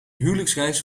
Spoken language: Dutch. huwelijksreis